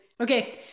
Okay